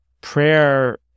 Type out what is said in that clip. Prayer